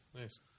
Nice